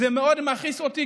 זה מאוד מכעיס אותי.